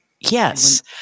Yes